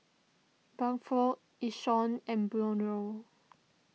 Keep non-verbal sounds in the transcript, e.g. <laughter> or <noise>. Bradford Yishion and <unintelligible>